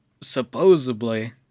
Supposedly